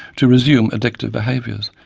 to resume addictive behaviours.